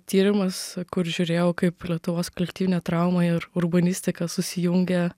tyrimas kur žiūrėjau kaip lietuvos kolektyvinė trauma ir urbanistika susijungia